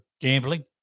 Gambling